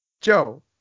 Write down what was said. Joe